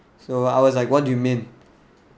so I was like what do you mean